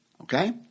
Okay